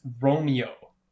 Romeo